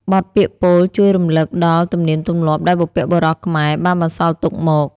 បទពាក្យពោលជួយរំលឹកដល់ទំនៀមទម្លាប់ដែលបុព្វបុរសខ្មែរបានបន្សល់ទុកមក។